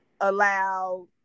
allow